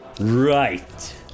right